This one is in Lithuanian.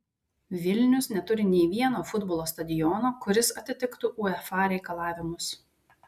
vilnius neturi nei vieno futbolo stadiono kuris atitiktų uefa reikalavimus